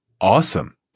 Awesome